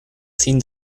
sin